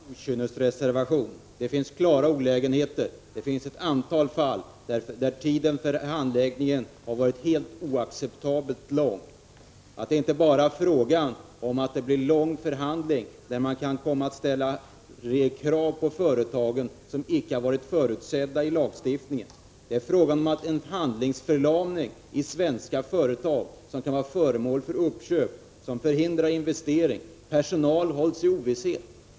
Herr talman! Detta är definitivt inte en okynnesreservation. Det finns klara olägenheter och det finns ett antal fall där tiden för handläggningen har varit oacceptabelt lång. Det är inte bara fråga om långa förhandlingar där man ställer krav på företagen som icke varit förutsedda i lagstiftningen. Det är fråga om en handlingsförlamning i svenska företag som är föremål för uppköp - en förlamning som förhindrar investering. Personal hålls i ovisshet.